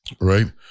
right